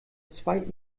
zwei